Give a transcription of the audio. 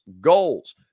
goals